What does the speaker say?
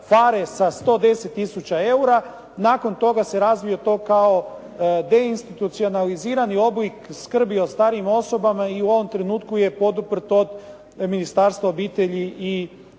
PHARE sa 110 tisuća eura, nakon toga se razvio to kao deinstitucionalizirani oblik skrbi o starijim osobama i u ovom trenutku je poduprt od Ministarstva obitelji i branitelja.